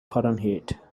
fahrenheit